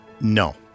No